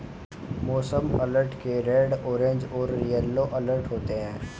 मौसम अलर्ट के red orange और येलो अलर्ट होते हैं